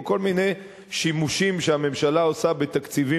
או כל מיני שימושים שהממשלה עושה בתקציבים